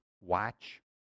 watch